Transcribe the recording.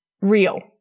real